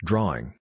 Drawing